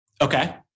Okay